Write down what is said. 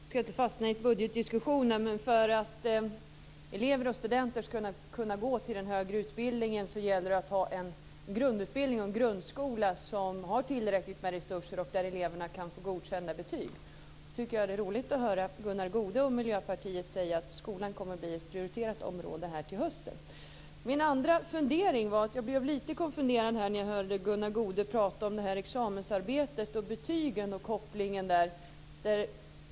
Fru talman! Vi ska inte fastna i budgetdiskussioner, men för att elever och studenter ska kunna gå till den högre utbildningen gäller det att ha en grundutbildning och en grundskola som har tillräckligt med resurser och där eleverna kan få godkända betyg. Jag tycker att det är roligt att höra Gunnar Goude och Miljöpartiet säga att skolan kommer att bli ett prioriterat område till hösten. Jag blev lite konfunderad när jag hörde Gunnar Goude prata om examensarbetet och betygen och kopplingen däremellan.